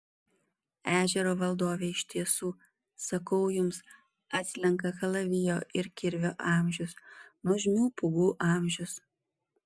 ežero valdovė iš tiesų sakau jums atslenka kalavijo ir kirvio amžius nuožmių pūgų amžius